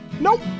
Nope